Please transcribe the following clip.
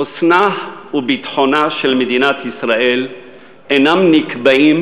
חוסנה וביטחונה של מדינת ישראל אינם נקבעים